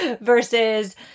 versus